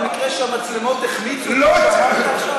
למקרה שהמצלמות החמיצו את מה שאמרת עכשיו?